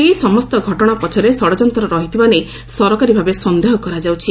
ଏହି ସମସ୍ତ ଘଟଣା ପଛରେ ଷଡ଼ଯନ୍ତ୍ର ରହିଥିବା ନେଇ ସରକାରୀ ଭାବେ ସନ୍ଦେହ କରାଯାଉଛି